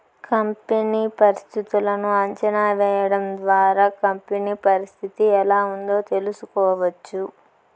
company పరిస్థితులను అంచనా వేయడం ద్వారా కంపెనీ పరిస్థితి ఎలా ఉందో తెలుసుకోవచ్చు